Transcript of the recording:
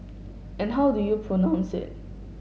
and how do you pronounce it